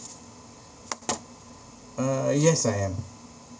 uh yes I am